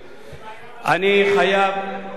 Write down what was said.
תרשה לי פעם אחת לא להתייחס אליך,